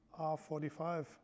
R45